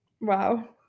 wow